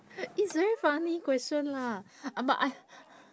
it's very funny question lah uh but I